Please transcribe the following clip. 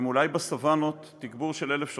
הם אולי ב"סוואנות", תגבור של 1,000 שוטרים,